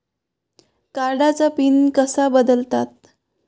कार्डचा पिन कसा बदलतात?